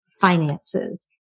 finances